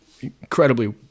incredibly